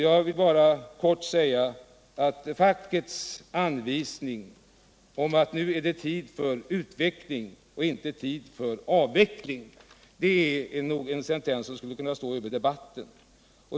Jag vill bara kort säga att fackets anvisningar om att nu är det tid för utveckling och inte tid för avveckling, nog är en sentens som skulle stå över debatten.